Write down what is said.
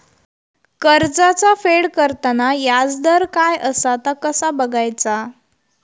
कर्जाचा फेड करताना याजदर काय असा ता कसा बगायचा?